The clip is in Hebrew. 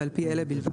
ועל פי אלה בלבד,